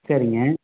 சரிங்க